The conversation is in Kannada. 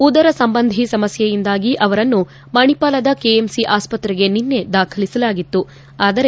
ಉದರ ಸಂಬಂಧಿ ಸಮಸ್ನೆಯಿಂದಾಗಿ ಅವರನ್ನು ಮಣಿಪಾಲದ ಕೆಎಂಸಿ ಆಸ್ತ್ರೆಗೆ ನಿನ್ನೆ ದಾಖಲಿಸಲಾಗಿತ್ತುಆದರೆ